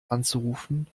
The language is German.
anzurufen